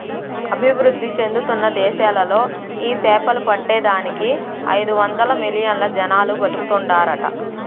అభివృద్ధి చెందుతున్న దేశాలలో ఈ సేపలు పట్టే దానికి ఐదొందలు మిలియన్లు జనాలు బతుకుతాండారట